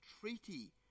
treaty